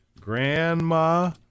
Grandma